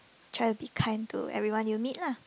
try to be kind to everyone you meet lah